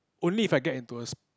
only if I get into a s~